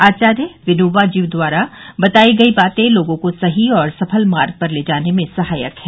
आचार्य विनोबा जी द्वारा बताई गई बातें लोगों को सही और सफल मार्ग पर ले जाने में सहायक हैं